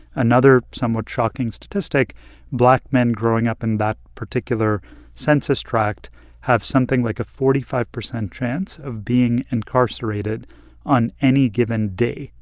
another somewhat shocking statistic black men growing up in that particular census tract have something like a forty five percent chance of being incarcerated on any given day,